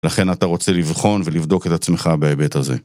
לכן אתה רוצה לבחון ולבדוק את עצמך בהיבט הזה.